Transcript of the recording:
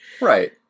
right